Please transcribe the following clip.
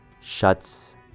shuts